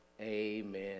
Amen